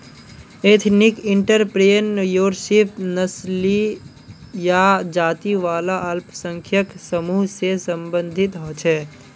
ethnic entrepreneurship नस्ली या जाती वाला अल्पसंख्यक समूह से सम्बंधित होछे